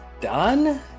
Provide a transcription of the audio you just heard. done